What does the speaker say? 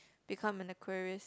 become an Aquarist